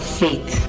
faith